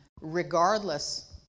regardless